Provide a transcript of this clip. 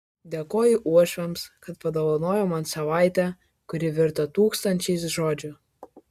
dėkoju uošviams kad padovanojo man savaitę kuri virto tūkstančiais žodžių